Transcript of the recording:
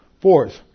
Fourth